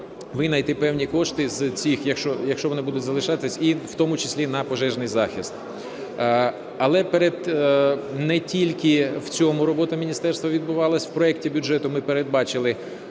винайти певні кошти з цих, якщо вони будуть залишатись, і в тому числі на пожежний захист. Але не тільки в цьому робота міністерства відбувалась. В проекті бюджету ми передбачили